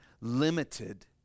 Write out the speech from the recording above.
limited